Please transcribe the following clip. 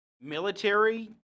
military